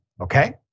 okay